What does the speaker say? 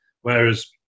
Whereas